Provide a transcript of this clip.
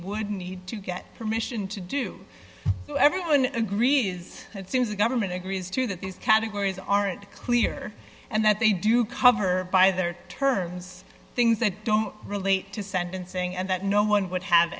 would need to get permission to do so everyone agrees it seems the government agrees to that these categories aren't clear and that they do cover by their terms things that don't relate to sentencing and that no one would have